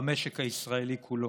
במשק הישראלי כולו.